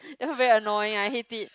that one very annoying I hate it